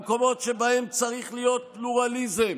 במקומות שבהם צריך להיות פלורליזם,